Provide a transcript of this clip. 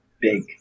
big